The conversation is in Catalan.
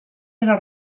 era